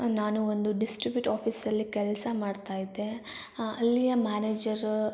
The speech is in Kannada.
ನಾನು ಒಂದು ಡಿಸ್ಟ್ರಿಬ್ಯುಟ್ ಆಫೀಸಲ್ಲಿ ಕೆಲಸ ಮಾಡ್ತಾ ಇದ್ದೆ ಅಲ್ಲಿಯ ಮ್ಯಾನೇಜರ್